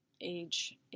age